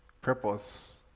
purpose